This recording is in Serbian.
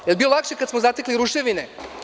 Da li je bilo lakše kada smo zatekli ruševine?